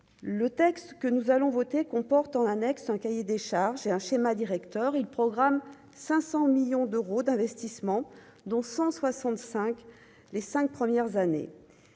Le texte que nous allons voter comporte en annexe un cahier des charges est un schéma directeur, il programme 500 millions d'euros d'investissement, dont 165 les 5 premières années,